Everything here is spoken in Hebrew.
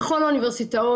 בכל האוניברסיטאות,